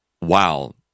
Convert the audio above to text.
wow